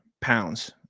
Pounds